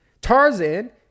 Tarzan